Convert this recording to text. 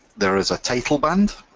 there is a title band,